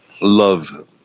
love